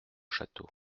château